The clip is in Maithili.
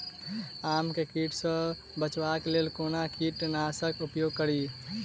आम केँ कीट सऽ बचेबाक लेल कोना कीट नाशक उपयोग करि?